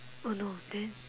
oh no then